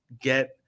get